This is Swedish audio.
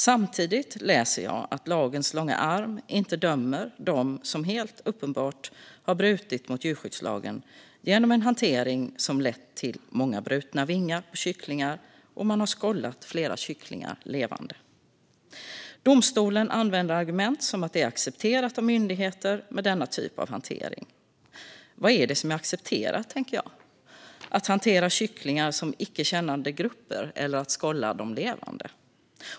Samtidigt läser jag att lagens långa arm inte dömer dem som helt uppenbart har brutit mot djurskyddslagen genom en hantering som lett till många brutna vingar på kycklingar och till att flera kycklingar har skållats levande. Domstolen använder argument som att denna typ av hantering är accepterad av myndigheter. Vad är det som är accepterat, tänker jag - att hantera kycklingar som icke kännande grupper eller att skålla dem levande?